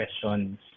questions